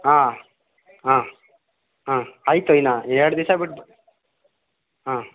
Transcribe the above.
ಹಾಂ ಹಾಂ ಹಾಂ ಅಯಿತು ಇನ್ನು ಎರಡು ದಿವಸ ಬಿಟ್ಟು ಹಾಂ